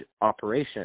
operation